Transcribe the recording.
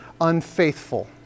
unfaithful